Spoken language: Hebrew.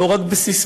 לא רק בססמאות,